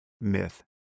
myth